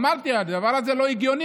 אמרתי: זה לא הגיוני.